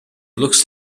looks